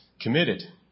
committed